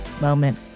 moment